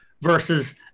versus